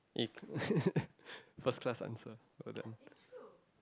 eh first class answer well done